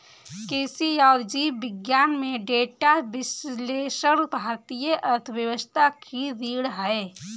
कृषि और जीव विज्ञान में डेटा विश्लेषण भारतीय अर्थव्यवस्था की रीढ़ है